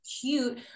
cute